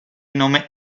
nome